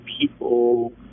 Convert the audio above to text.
people